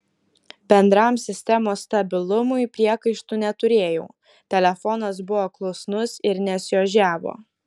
bendram sistemos stabilumui priekaištų neturėjau telefonas buvo klusnus ir nesiožiavo